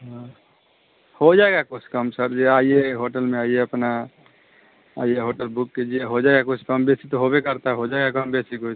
हाँ हो जाएगा कुछ कम सर यह आइए होटल में आइए अपना आइए होटल बुक कीजिए हो जाएगा कुछ कम बेसी तो होवे करता है हो जाएगा कम वैसी कुछ